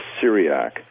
Syriac